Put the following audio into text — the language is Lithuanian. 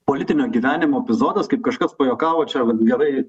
politinio gyvenimo epizodas kaip kažkas pajuokavo čia gerai